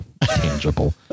tangible